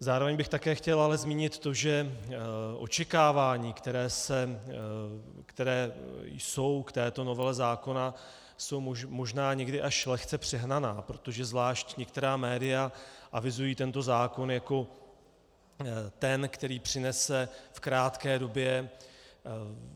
Zároveň bych také chtěl ale zmínit to, že očekávání, která jsou k této novele zákona, jsou možná někdy až lehce přehnaná, protože zvlášť některá média avizují tento zákon jako ten, který přinese v krátké době